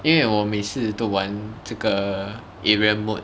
因为我每次都玩这个 area mode